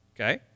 okay